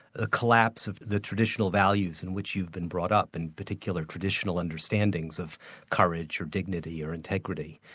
ah collapse of the traditional values in which you've been brought up, in particular, traditional understandings of courage or dignity or integrity,